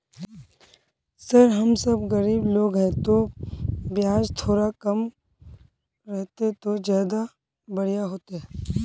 sir हम सब गरीब लोग है तो बियाज थोड़ा कम रहते तो ज्यदा बढ़िया होते